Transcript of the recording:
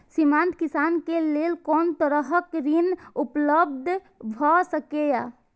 सीमांत किसान के लेल कोन तरहक ऋण उपलब्ध भ सकेया?